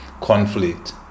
conflict